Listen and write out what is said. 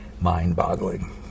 mind-boggling